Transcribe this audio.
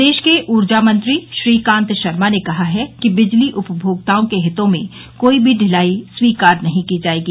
प्रदेश के ऊर्जा मंत्री श्रीकांत शर्मा ने कहा है कि बिजली उपमोक्ताओं के हितों में कोई भी ढिलाई स्वीकार नहीं की जायेगी